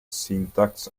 syntax